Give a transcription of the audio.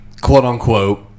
quote-unquote